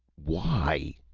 why?